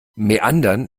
meandern